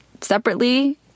separately